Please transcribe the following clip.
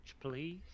please